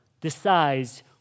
decides